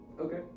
Okay